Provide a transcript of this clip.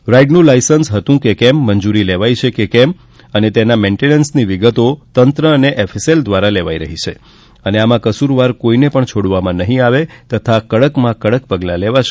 રાઇડનુ licence હતું કે કેમ મંજૂરી લેવાઇ છે કે કેમ તથા તેનું મેન્ટેનન્સની વિગતો તંત્ર અને એફએસએલ દ્વારા લેવાઈ રહી છે અને આમાં કસૂરવાર કોઇપણને છોડવામાં નહીઆવે તથા કડકમાં કડક પગલા લેવાશે